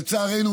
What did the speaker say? לצערנו,